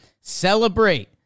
celebrate